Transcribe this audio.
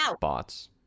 bots